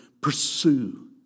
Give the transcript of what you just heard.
pursue